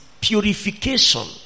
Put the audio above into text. purification